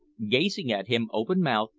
gazing at him open-mouthed,